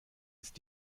ist